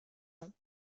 ans